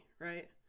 right